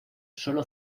solo